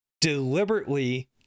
deliberately